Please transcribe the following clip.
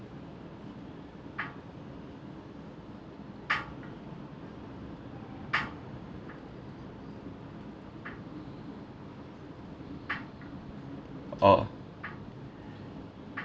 orh